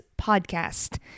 podcast